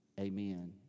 amen